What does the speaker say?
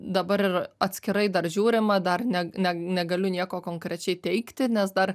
dabar ir atskirai dar žiūrima dar ne ne negaliu nieko konkrečiai teigti nes dar